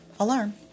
alarm